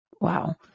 Wow